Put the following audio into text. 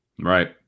Right